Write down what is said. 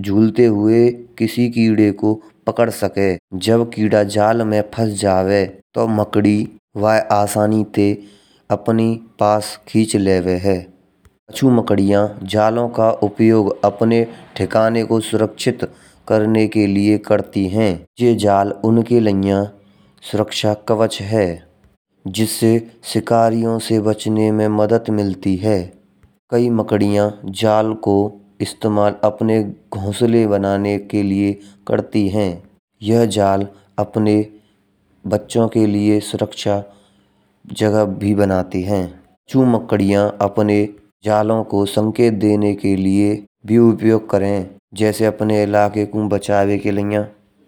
झूलते हुए किसी कीड़े को पकड़ सके। जब कीड़ा जाल में फँस जावे तो मकड़ी वह आसानी से अपने पास खींच लेवे है। जो मकड़िया अपने जालों का उपयोग अपने ठिकाने को सुरक्षित करने के लिए करती हैं। यह जाल उनकी लईय सुरक्षा कवच है जिससे शिकार से बचाने में मदद मिलती है। कई मकड़िया जाल को इस्तेमाल अपने घोंसले बनाने के लिए करती है। यह जाल अपने बच्चों के लिए सुरक्षा जगह भी बनती है। जो मकड़िया अपने बिने जालों को संकेत देने के लिए उपयोग करे। जैसे अपने इलाके को बचावे के लईया करत हय।